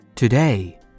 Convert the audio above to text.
Today